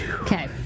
Okay